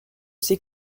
ses